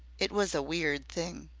it was a weird thing.